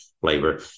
flavor